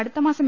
അടുത്തമാസം